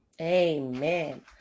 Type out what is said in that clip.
Amen